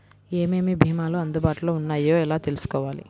ఏమేమి భీమాలు అందుబాటులో వున్నాయో ఎలా తెలుసుకోవాలి?